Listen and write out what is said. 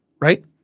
right